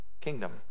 kingdom